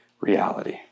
reality